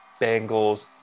Bengals